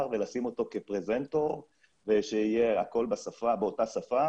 ולשים אותו כפרזנטור ושיהיה הכול באותה שפה,